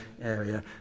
area